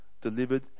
delivered